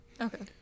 Okay